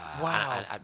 Wow